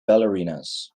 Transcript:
ballerinas